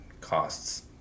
costs